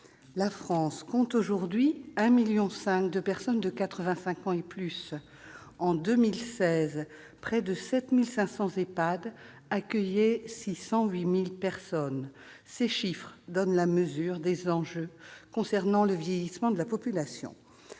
la France compte aujourd'hui 1,5 million de personnes de quatre-vingt-cinq ans et plus. En 2016, près de 7 500 EHPAD accueillaient 608 000 personnes. Ces chiffres donnent la mesure des enjeux concernant le vieillissement de la population.